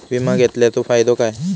विमा घेतल्याचो फाईदो काय?